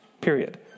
period